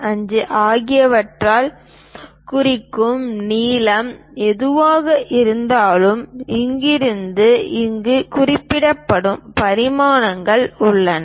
25 ஆகியவற்றால் குறிக்கும் நீளம் எதுவாக இருந்தாலும் இங்கிருந்து இங்கு குறிப்பிடப்படும் பரிமாணங்கள் உள்ளன